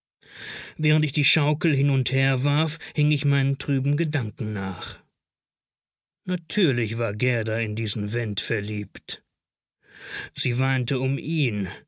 während ich die schaukel hin und her warf hing ich meinen trüben gedanken nach natürlich war gerda in diesen went verliebt sie weinte um ihn